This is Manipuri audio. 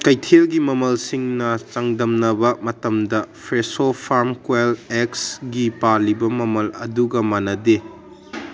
ꯀꯩꯊꯦꯜꯒꯤ ꯃꯃꯜꯁꯤꯡꯅ ꯆꯥꯡꯗꯝꯅꯕ ꯃꯇꯝꯗ ꯐ꯭ꯔꯦꯁꯣ ꯐꯥꯝ ꯀꯣꯏꯜ ꯑꯦꯛꯁꯒꯤ ꯄꯜꯂꯤꯕ ꯃꯃꯜ ꯑꯗꯨꯒ ꯃꯥꯟꯅꯗꯦ